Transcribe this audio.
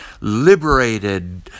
liberated